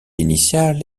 initiale